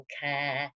care